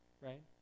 Right